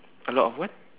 a lot of what